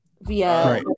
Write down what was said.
via